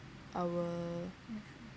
our